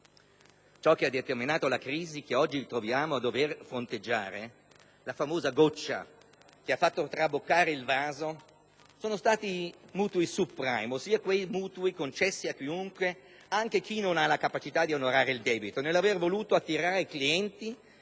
Ciò che ha determinato la crisi che oggi ci troviamo a dover fronteggiare, la famosa goccia che ha fatto traboccare il vaso, sono stati i mutui *subprime*, cioè quei mutui concessi a chiunque, anche a chi non ha la capacità di onorare il debito. Con lo scopo di attirare clienti